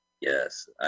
Yes